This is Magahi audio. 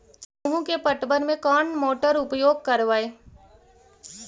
गेंहू के पटवन में कौन मोटर उपयोग करवय?